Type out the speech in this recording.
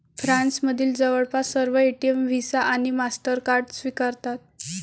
फ्रान्समधील जवळपास सर्व एटीएम व्हिसा आणि मास्टरकार्ड स्वीकारतात